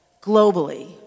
globally